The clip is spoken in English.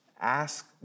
Ask